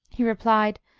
he replied,